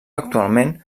actualment